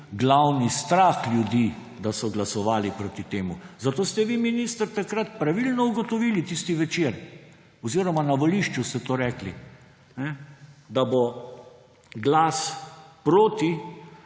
glavni strah ljudi, da so glasovali proti temu. Zato ste vi, minister, takrat pravilno ugotovili – tisti večer oziroma na volišču ste to rekli – da bo glas proti